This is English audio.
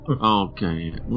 Okay